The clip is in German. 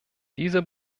dieser